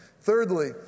Thirdly